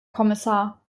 kommissar